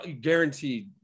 guaranteed